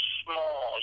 small